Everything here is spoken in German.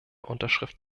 unterschrift